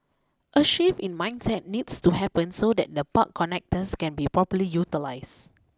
a shift in mindset needs to happen so that the park connectors can be properly utilised